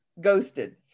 ghosted